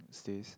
stays